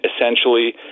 essentially